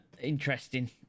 interesting